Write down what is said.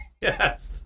Yes